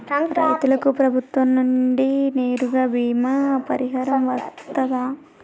రైతులకు ప్రభుత్వం నుండి నేరుగా బీమా పరిహారం వత్తదా?